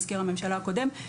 מזכיר הממשלה הקודם.